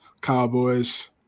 Cowboys